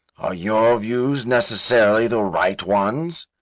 are your views necessarily the right ones?